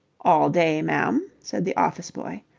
all day, ma'am, said the office-boy,